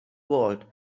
world